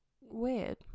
weird